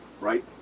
right